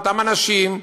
אותם אנשים,